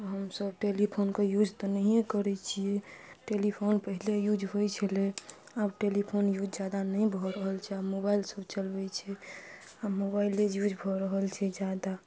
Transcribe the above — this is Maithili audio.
हमसब टेलीफोनके यूज तऽ नहिये करै छियै टेलीफोन पहिले यूज होइ छलै आब टेलीफोन यूज जादा नहि भऽ रहल छै आब मोबाइल सब चलबै छै आ मोबाइले यूज भऽ रहल छै ज्यादा